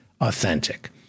authentic